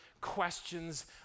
questions